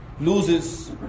loses